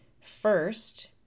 first